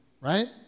Right